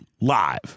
live